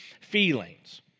feelings